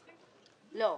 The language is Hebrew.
לא,